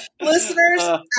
Listeners